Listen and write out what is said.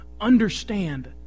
understand